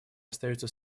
остается